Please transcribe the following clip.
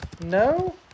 No